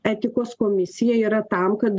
etikos komisija yra tam kad